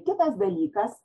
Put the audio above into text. kitas dalykas